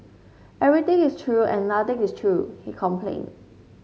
everything is true and nothing is true he complained